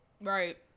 Right